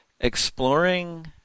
exploring